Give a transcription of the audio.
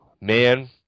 man